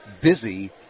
busy